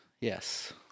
Yes